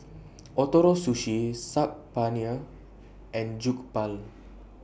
Ootoro Sushi Saag Paneer and Jokbal